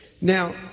now